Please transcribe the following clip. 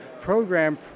program